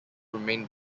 remain